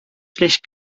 schlecht